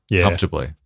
comfortably